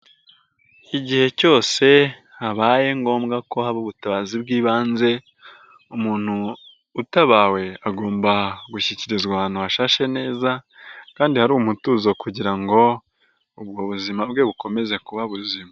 Igihe cyose habaye ngombwa ko haba ubutabazi bw'ibanze, umuntu utabawe agomba gushyikirizwa ahantu hashashe neza kandi hari umutuzo kugira ngo ubwo buzima bwe bukomeze kuba buzima.